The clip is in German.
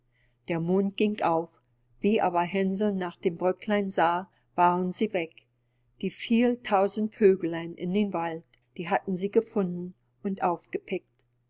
der mond ging auf wie aber hänsel nach den bröcklein sah da waren sie weg die viel tausend vöglein in dem wald die hatten sie gefunden und aufgepickt